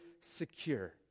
secure